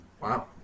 Wow